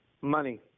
money